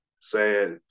sad